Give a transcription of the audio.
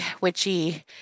witchy